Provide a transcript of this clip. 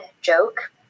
joke